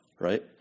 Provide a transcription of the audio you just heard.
right